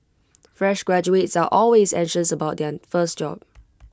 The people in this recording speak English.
fresh graduates are always anxious about their first job